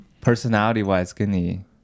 Personality-wise,跟你